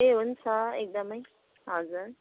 ए हुन्छ एकदमै हजर